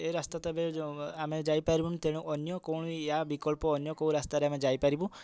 ଏ ରାସ୍ତା ତ ଏବେ ଯୋଉଁ ଆମେ ଯାଇପାରିବୁନି ତେଣୁ ଅନ୍ୟ କୌଣ ୟା ବିକଳ୍ପ ଅନ୍ୟ କେଉଁ ରାସ୍ତାରେ ଆମେ ଯାଇପାରିବୁ